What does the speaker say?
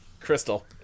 Crystal